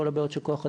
כל הבעיות של כוח אדם,